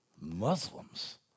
Muslims